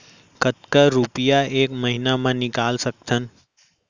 कतका रुपिया एक महीना म निकाल सकथन?